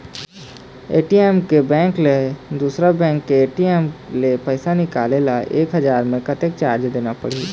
ATM के bank ले दुसर बैंक के ए.टी.एम ले पैसा निकाले ले एक हजार मा कतक चार्ज देना पड़ही?